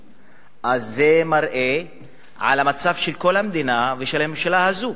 זה מראה על המצב של כל המדינה ושל הממשלה הזאת,